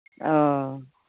अह